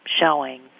showing